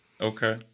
Okay